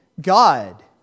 God